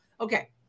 Okay